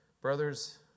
Brothers